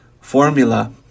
formula